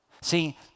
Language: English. See